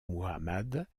muhammad